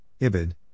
Ibid